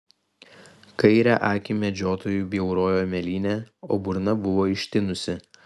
kairę akį medžiotojui bjaurojo mėlynė o burna buvo ištinusi